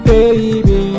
Baby